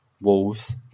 Wolves